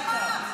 נשמה.